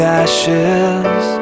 ashes